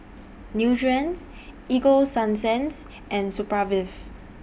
Nutren Ego Sunsense and